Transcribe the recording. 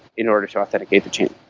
in order to authenticate the chain